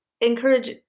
encourage